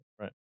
Right